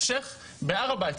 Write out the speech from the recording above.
שייח' בהר הבית,